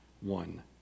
one